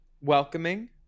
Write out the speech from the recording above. welcoming